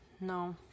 No